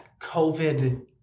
COVID